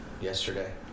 yesterday